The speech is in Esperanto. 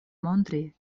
montri